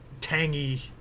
tangy